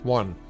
one